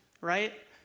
right